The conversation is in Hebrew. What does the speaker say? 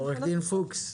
עורכת דין פוקס,